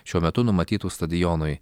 šiuo metu numatytų stadionui